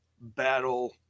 battle